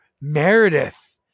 Meredith